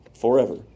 forever